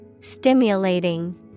Stimulating